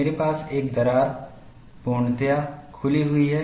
मेरे पास एक दरार पूर्णतया खुली हुई है